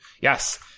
Yes